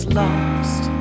lost